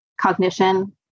Cognition